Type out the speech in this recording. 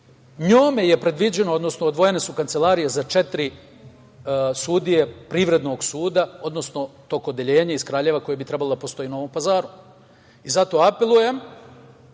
njome je predviđeno, odnosno odvojene su kancelarije za četiri sudije Privrednog suda, odnosno tog odeljenja iz Kraljeva koje bi trebalo da postoji u Novom Pazaru. Zato apelujem